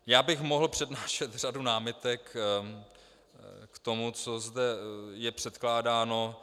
Já bych mohl přednášet řadu námitek k tomu, co zde je předkládáno.